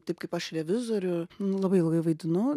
taip kaip aš revizorių nu labai ilgai vaidinu